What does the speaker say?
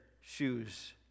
shoes